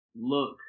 look